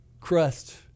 crust